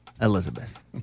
Elizabeth